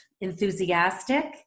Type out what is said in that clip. enthusiastic